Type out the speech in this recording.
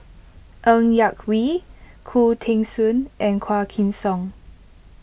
Ng Yak Whee Khoo Teng Soon and Quah Kim Song